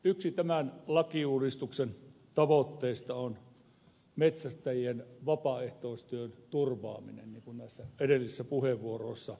yksi tämän lakiuudistuksen tavoitteista on metsästäjien vapaaehtoistyön turvaaminen niin kuin näissä edellisissä puheenvuoroissa on todettu